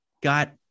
got